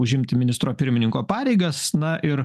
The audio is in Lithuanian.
užimti ministro pirmininko pareigas na ir